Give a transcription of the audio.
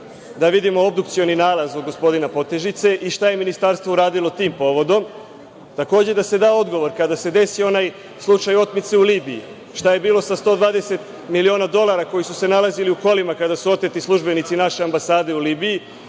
da vidimo obdukcioni nalaz od gospodina Potežice i šta je ministarstvo uradilo tim povodom. Takođe, da se kao odgovor kada se desio onaj slučaj otmice u Libiji. Šta je bilo sa 120 miliona dolara koji su se nalazili u kolima kada su oteti službenici naše ambasade u Libiji?